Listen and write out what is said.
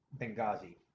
Benghazi